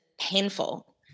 painful